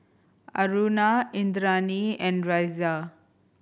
Aruna Indranee and Razia